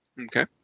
Okay